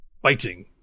Biting